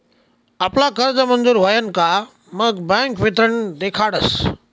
आपला कर्ज मंजूर व्हयन का मग बँक वितरण देखाडस